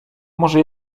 może